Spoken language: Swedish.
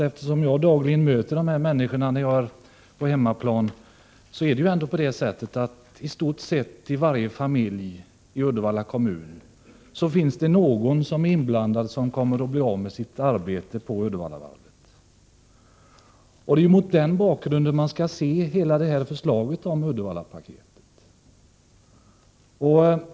Eftersom jag dagligen när jag är på hemmaplan möter dessa människor, kan jag konstatera att det i stort sett i varje familj i Uddevalla kommun finns någon som kommer att förlora sitt arbete på Uddevallavarvet. Det är mot den bakgrunden som hela Uddevallapaketet skall ses.